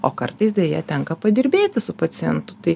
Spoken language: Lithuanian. o kartais deja tenka padirbėti su pacientu tai